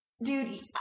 Dude